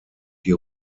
die